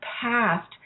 past